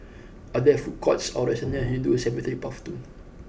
are there food courts or restaurants near Hindu Cemetery Path two